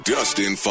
Dustin